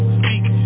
speak